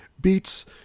beats